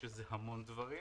שזה המון דברים,